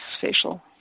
facial